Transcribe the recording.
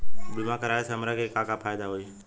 बीमा कराए से हमरा के का फायदा होई?